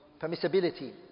permissibility